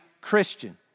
Christian